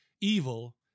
Evil